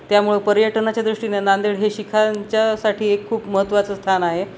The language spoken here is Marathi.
त्यामुळं पर्यटनाच्या दृष्टीनं नांदेड हे शिखांच्यासाठी एक खूप महत्त्वाचं स्थान आहे